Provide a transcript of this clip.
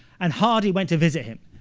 and hardy went to visit him.